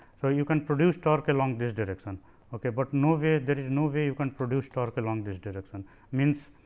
so, you can produce torque along this direction ok, but no way there is no way you can produce torque along this direction means